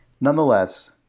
nonetheless